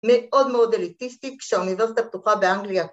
‫מאוד מאוד אליטיסטיק, ‫שהאוניברסיטה הפתוחה באנגליה.